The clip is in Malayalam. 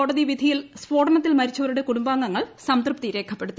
കോടതി വിധിയിൽ സ്ഫോടനത്തിൽ മരിച്ചവരുടെ കുടുംബാംഗങ്ങൾ സംതൃപ്തി രേഖപ്പെടുത്തി